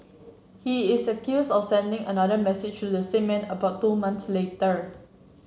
he is accused of sending another message to the same man about two months later